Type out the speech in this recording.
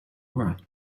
right